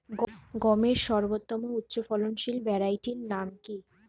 গমের সর্বোত্তম উচ্চফলনশীল ভ্যারাইটি নাম কি?